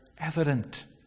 evident